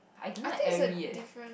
I think is the different